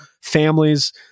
families